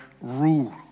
rule